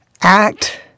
Act